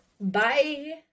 Bye